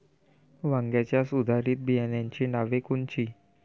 वांग्याच्या सुधारित बियाणांची नावे कोनची?